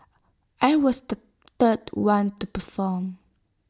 I was the third one to perform